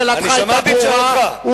שאלתך היתה ברורה.